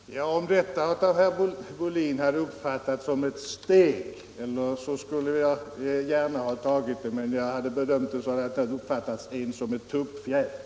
Herr talman! Om detta av herr Molin hade uppfattats som ett steg skulle jag gärna ha tagit det, men jag har bedömt det så, att det inte hade uppfattats som ens ett tuppfjät.